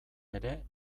ere